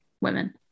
women